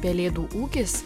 pelėdų ūkis